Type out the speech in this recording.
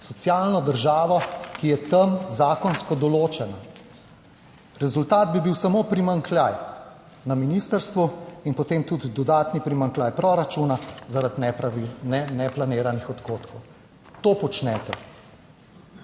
socialno državo, ki je tam zakonsko določena. Rezultat bi bil samo primanjkljaj na ministrstvu in potem tudi dodatni primanjkljaj proračuna, zaradi neplaniranih odhodkov. To počnete.